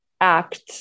act